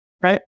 right